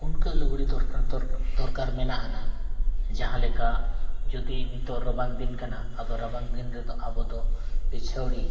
ᱩᱱᱠᱟᱹᱜ ᱞᱩᱜᱽᱲᱤ ᱫᱚᱨᱠᱟᱨ ᱫᱚᱨᱠᱟᱨ ᱢᱮᱱᱟᱜᱼᱟ ᱡᱟᱦᱟᱸ ᱞᱮᱠᱟ ᱡᱩᱫᱤ ᱱᱤᱛᱚᱜ ᱨᱟᱵᱟᱝ ᱫᱤᱱ ᱠᱟᱱᱟ ᱟᱫᱚ ᱨᱟᱵᱟᱝ ᱫᱤᱱ ᱨᱮᱫᱚ ᱟᱵᱚ ᱫᱚ ᱯᱤᱪᱷᱟᱹᱲᱤ